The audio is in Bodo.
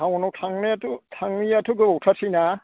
थाउनआव थांनायआथ' थाङैआथ' गोबाव थारसैना